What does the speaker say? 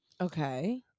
Okay